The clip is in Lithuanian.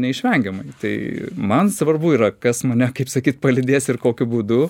neišvengiamai tai man svarbu yra kas mane kaip sakyt palydės ir kokiu būdu